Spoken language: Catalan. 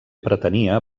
pretenia